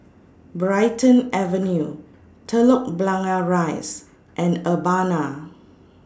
Brighton Avenue Telok Blangah Rise and Urbana